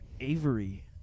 Avery